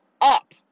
up